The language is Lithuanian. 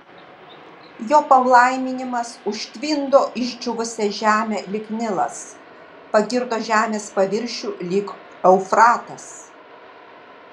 jo palaiminimas užtvindo išdžiūvusią žemę lyg nilas pagirdo žemės paviršių lyg eufratas